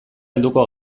helduko